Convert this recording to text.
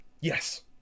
yes